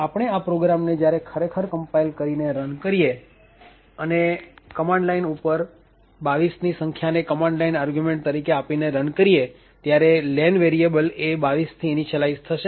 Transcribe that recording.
આપણે આ પ્રોગ્રામ ને જયારે ખરેખર કમ્પાઈલ કરીને રન કરીએ અને કમાંડ લાઈન ઉપર ૨૨ ની સંખ્યાને કમાન્ડ લાઇન આર્ગ્યુંમેન્ટ તરીકે આપીને રન કરીએ એટલે len વેરીએબલ એ ૨૨થી ઇનીસીયલાઈઝ થશે